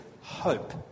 hope